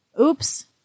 Oops